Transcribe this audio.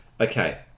Okay